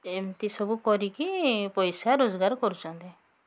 ଏମତି ସବୁ କରିକି ପଇସା ରୋଜଗାର କରୁଛନ୍ତି